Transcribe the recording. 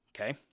Okay